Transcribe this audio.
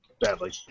badly